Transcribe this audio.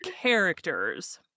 characters